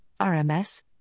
RMS